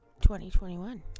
2021